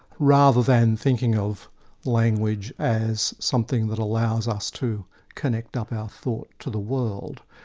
rather than thinking of language as something that allows us to connect up our thought to the world.